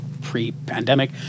pre-pandemic